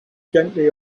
gently